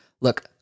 Look